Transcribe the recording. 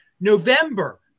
November